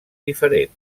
diferent